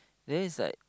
then is like